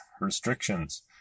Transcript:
restrictions